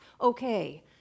okay